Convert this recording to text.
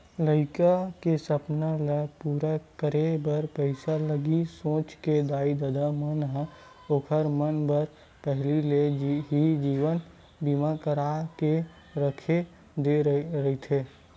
लइका के सपना ल पूरा करे बर पइसा लगही सोच के दाई ददा मन ह ओखर मन बर पहिली ले ही जीवन बीमा करा के रख दे रहिथे